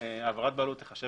העברת בעלות תיחשב